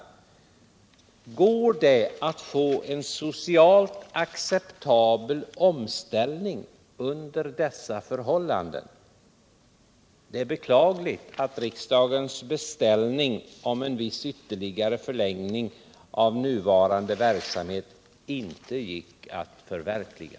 Går det att få en socialt acceptabel omställning under dessa förhållanden? Det är beklagligt att riksdagens beställning om en viss ytterligare förlängning av nuvarande verksamhet inte gick att förverkliga.